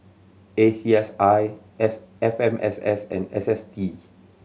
A C S I S F M S S and S S T